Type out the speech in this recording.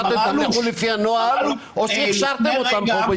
--- הלכתם לפי הנוהל או שהכשרתם אותם פה,